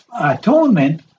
atonement